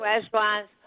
restaurants